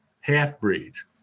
half-breeds